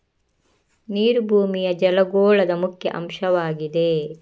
ನೀರು ಭೂಮಿಯ ಜಲಗೋಳದ ಮುಖ್ಯ ಅಂಶವಾಗಿದೆ